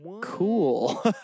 cool